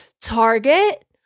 Target